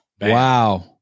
Wow